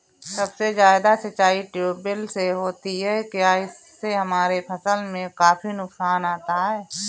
सबसे ज्यादा सिंचाई ट्यूबवेल से होती है क्या इससे हमारे फसल में काफी नुकसान आता है?